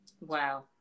Wow